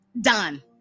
done